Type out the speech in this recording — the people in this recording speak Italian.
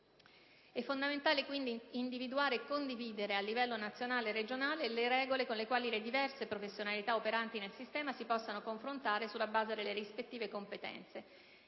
E' fondamentale, quindi, individuare e condividere, a livello nazionale e regionale, le regole con le quali le diverse professionalità operanti nel sistema si possono confrontare, sulla base delle rispettive competenze.